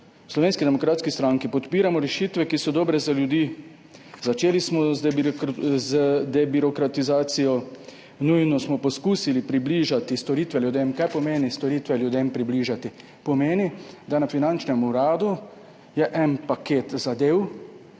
v Slovenski demokratski stranki podpiramo rešitve, ki so dobre za ljudi. Začeli smo z nujno debirokratizacijo, poskusili smo približati storitve ljudem. Kaj pomeni storitve približati ljudem? Pomeni, da je na finančnem uradu en paket zadev,